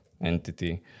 entity